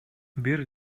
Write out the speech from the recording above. бир